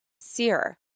Sear